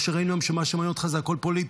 מה שראינו היום הוא שמה שמעניין אותך זה הכול פוליטי.